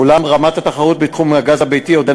אולם רמת התחרות בתחום הגז הביתי עודנה